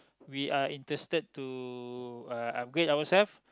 we are interested to uh upgrade ourselves